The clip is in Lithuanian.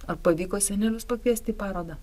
ar pavyko senelius pakviesti į parodą